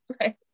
right